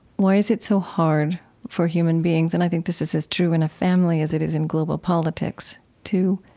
why is it so hard for human beings and i think this is as true in a family as it is in global politics to